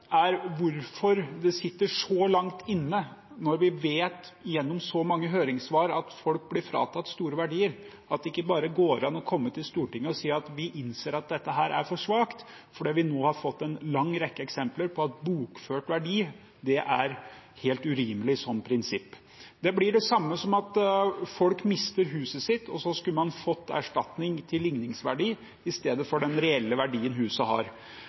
er hvorfor det sitter så langt inne når vi vet, gjennom så mange høringssvar, at folk blir fratatt store verdier. Det går ikke bare an å komme til Stortinget og si at en innser at dette er for svakt, når en nå har fått en lang rekke eksempler på at bokført verdi er helt urimelig som prinsipp. Det blir det samme som at hvis folk mister huset sitt, så skulle man fått erstatning til ligningsverdi i stedet for den reelle verdien huset har.